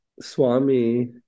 Swami